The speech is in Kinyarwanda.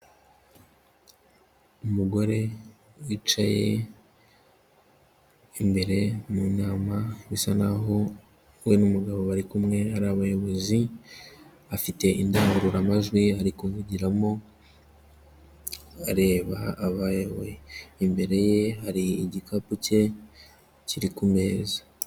Umugore wicaye imbere mu nama bisa naho we n'umugabo bari kumwe ari abayobozi. Bafite indangururamajwi barikuvugiramo bareba ababayoboye. Imbere ye hari igikapu cye kiri ku meza.